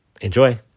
Enjoy